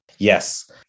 Yes